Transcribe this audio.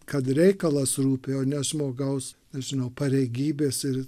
kad reikalas rūpi o ne žmogaus nežinau pareigybės ir